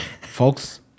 folks